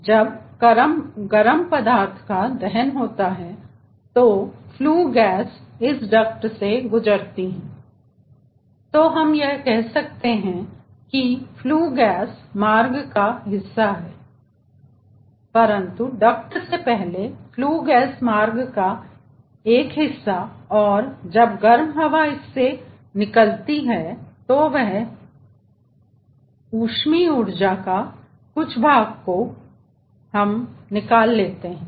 जब गरम पदार्थ था दहन होता है तो फ्लू गैस इस डक्ट से गुजरती हैं तो हम यह कह सकते हैं की यह फ्लू गैस मार्ग का हिस्सा है परंतु डक्ट से पहले फ्लू गैस मार्ग का एक हिस्सा और जब गर्म हवा इस से निकलती है तो वह ऊष्मीय ऊर्जा कुछ भाग को इसमें से हम निकाल सकते हैं